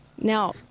Now